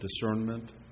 discernment